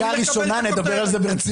אחרי קריאה ראשונה נדבר על זה ברצינות.